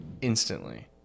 instantly